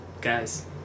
Guys